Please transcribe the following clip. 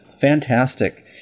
fantastic